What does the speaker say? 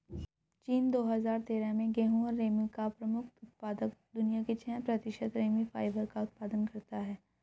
चीन, दो हजार तेरह में गेहूं और रेमी का प्रमुख उत्पादक, दुनिया के छह प्रतिशत रेमी फाइबर का उत्पादन करता है